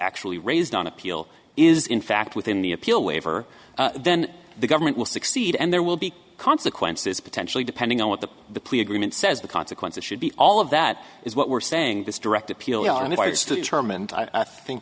actually raised on appeal is in fact within the appeal waiver then the government will succeed and there will be consequences potentially depending on what the the plea agreement says the consequences should be all of that is what we're saying this direct